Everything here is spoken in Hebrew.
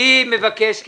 מר מטר, אני מבקש כדלהלן,